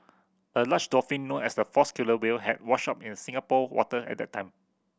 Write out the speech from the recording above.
a large dolphin known as a false killer whale had washed up in Singapore water at that time